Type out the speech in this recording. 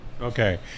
Okay